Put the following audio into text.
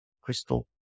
crystal